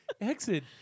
Exit